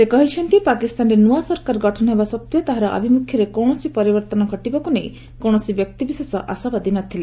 ସେ କହିଛନ୍ତି ପାକିସ୍ତାନରେ ନୂଆ ସରକାର ଗଠନ ହେବା ସତ୍ତ୍ୱେ ତାହାର ଆଭିମୁଖ୍ୟରେ କୌଣସି ପରିବର୍ତ୍ତନ ଘଟିବାକୁ ନେଇ କୌଣସି ବ୍ୟକ୍ତି ବିଶେଷ ଆଶାବାଦୀ ନ ଥିଲେ